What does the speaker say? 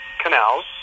canals